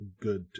good